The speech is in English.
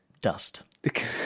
dust